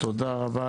תודה רבה,